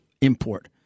import